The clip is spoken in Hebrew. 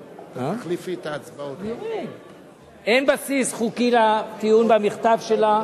אין בסיס חוקי לטיעון במכתב שלה.